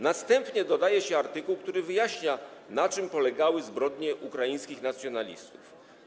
Następnie dodaje się artykuł, który wyjaśnia, na czym polegały zbrodnie ukraińskich nacjonalistów.